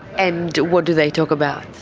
and what do they talk about?